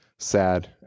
Sad